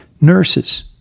nurses